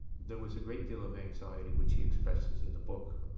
there was a great deal of anxiety, which he expresses in the book.